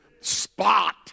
spot